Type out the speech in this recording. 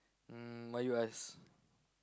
um why you ask